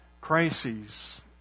Crises